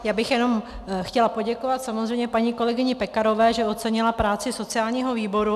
Já bych jenom chtěla poděkovat samozřejmě paní kolegyni Pekarové, že ocenila práci sociálního výboru.